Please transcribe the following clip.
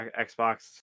Xbox